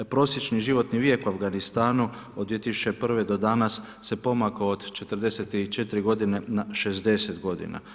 Prosječni životni vijek u Afganistanu od 2001. do danas se pomakao od 44 godine na 60 godina.